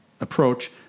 approach